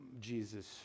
Jesus